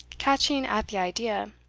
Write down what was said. catching at the idea,